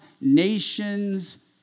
nations